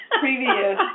previous